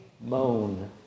moan